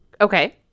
Okay